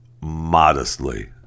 modestly